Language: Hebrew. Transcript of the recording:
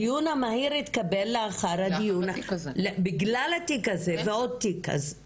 הדיון המהיר התקבל בגלל התיק הזה ועוד תיק.